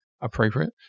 appropriate